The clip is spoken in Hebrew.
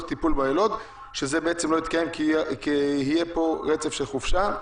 טיפול ביילוד שזה לא התקיים כי היה רצף של חופשה.